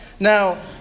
Now